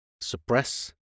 suppress